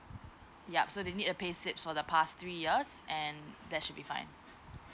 ya so they need a pay slip for the past three years and that should be fine